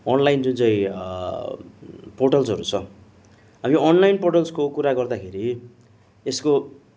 online जुन चाहिँ पोर्टलहरू छ अबो यो अनलाइन पोर्टलसको कुरा गर्दाखेरी एसको